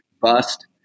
bust